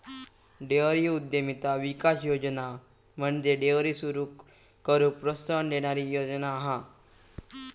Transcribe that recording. dairy उद्यमिता विकास योजना म्हणजे डेअरी सुरू करूक प्रोत्साहन देणारी योजना हा